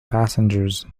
passengers